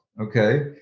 okay